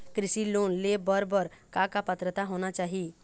कृषि लोन ले बर बर का का पात्रता होना चाही?